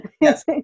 yes